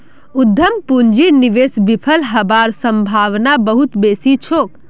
उद्यम पूंजीर निवेश विफल हबार सम्भावना बहुत बेसी छोक